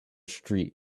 street